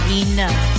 enough